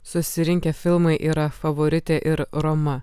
susirinkę filmai yra favoritė ir roma